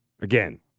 again